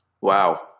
Wow